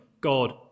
God